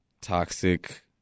toxic